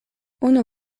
unu